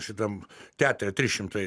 šitam teatre trys šimtai